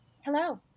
Hello